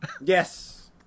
Yes